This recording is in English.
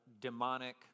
demonic